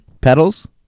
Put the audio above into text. Pedals